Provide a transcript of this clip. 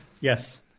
Yes